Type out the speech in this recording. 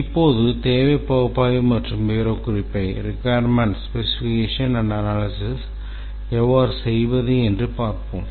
இப்போது தேவைகள் பகுப்பாய்வு மற்றும் விவரக்குறிப்பை எவ்வாறு செய்வது என்று பார்ப்போம்